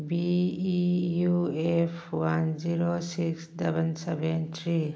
B E U F one zero six double seven three